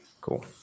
cool